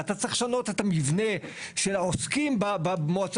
אתה צריך לשנות את המבנה של העוסקים במועצה